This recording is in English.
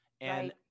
and-